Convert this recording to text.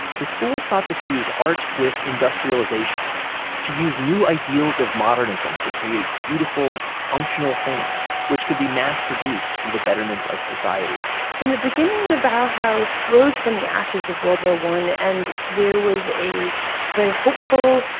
the school sought to fuse art with industrialization to use new ideals of modernism to create beautiful, functional things, which could be mass-produced for the betterment of society in the beginning, and the bauhaus rose from the ashes of world war i and there was a very hopeful,